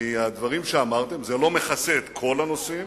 מהדברים שאמרתם, זה לא מכסה את כל הנושאים